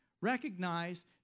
Recognize